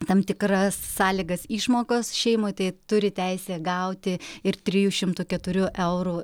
tam tikras sąlygas išmokos šeimai tai turi teisę gauti ir trijų šimtų keturių eurų